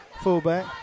fullback